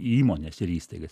įmones ir įstaigas